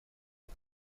мне